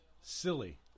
Silly